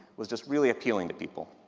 was just really appealing to people.